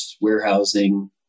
warehousing